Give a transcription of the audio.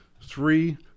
three